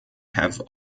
have